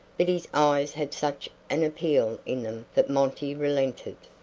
but his eyes had such an appeal in them that monty relented.